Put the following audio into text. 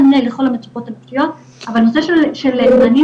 משנים מציאות הלכה למעשה,